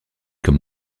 comme